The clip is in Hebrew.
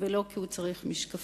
ולא כי הוא צריך משקפיים.